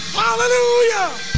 hallelujah